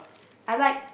I like